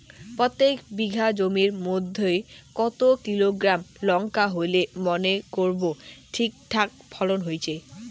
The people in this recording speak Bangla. প্রত্যেক বিঘা জমির মইধ্যে কতো কিলোগ্রাম লঙ্কা হইলে মনে করব ঠিকঠাক ফলন হইছে?